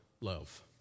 love